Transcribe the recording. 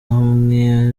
hamwe